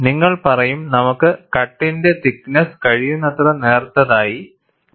നിങ്ങൾ പറയും നമുക്ക് കട്ടറിന്റെ തിക്നെസ്സ് കഴിയുന്നത്ര നേർത്തതായി 0